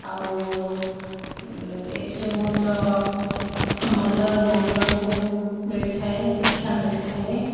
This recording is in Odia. ଆଉ ଏଥିରୁ ବହୁତ ଭଲ ଜାଣିବାକୁ ମିଳିଥାଏ ଶିକ୍ଷା ମିଳିଥାଏ